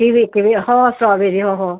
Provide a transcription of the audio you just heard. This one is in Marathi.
किवी किवी हो स्ट्रॉबेरी हो हो